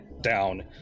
down